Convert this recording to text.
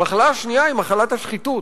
המחלה השנייה היא מחלת השחיתות.